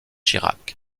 chirac